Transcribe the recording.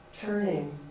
turning